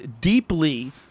deeply